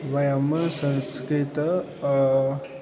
वयं संस्कृतं